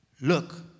look